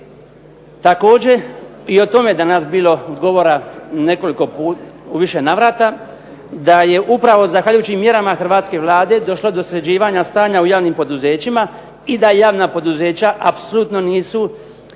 Također je i o tome danas bilo govora u više navrata da je upravo zahvaljujući mjerama hrvatske Vlade došlo do sređivanja stanja u javnim poduzećima i da javna poduzeća apsolutno nisu